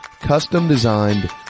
custom-designed